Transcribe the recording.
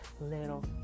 little